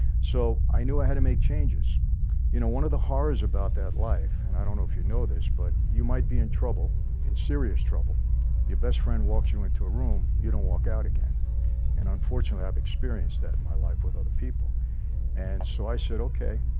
so i knew i had to make changes you know one of the horrors about that life, and i don't know if you know this but you might be in trouble in serious trouble your best friend walks you into a room you don't walk out again and unfortunately i've experienced that in my life with other people and so i said okay